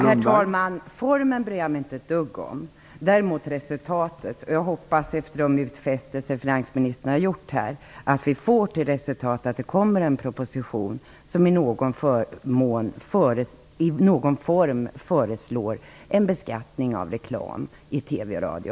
Herr talman! Formen bryr jag mig inte ett dugg om, däremot om resultatet. Jag hoppas att de utfästelser som finansministern gjort här får till resultat att det kommer en proposition där man föreslår en beskattning i någon form av reklam i TV och radio.